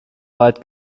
weit